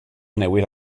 newydd